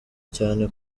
cyane